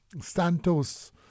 Santos